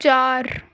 چار